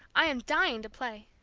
i am dying to play.